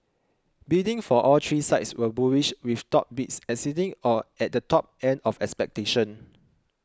bidding for all three sites was bullish with top bids exceeding or at the top end of expectations